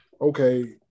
okay